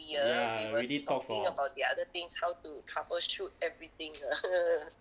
ya already talk for